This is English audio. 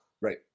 Right